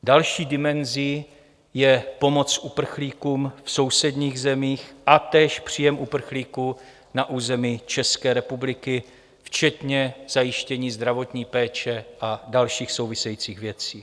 Další dimenzí je pomoc uprchlíkům v sousedních zemích a též příjem uprchlíků na území České republiky, včetně zajištění zdravotní péče a dalších souvisejících věcí.